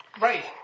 Right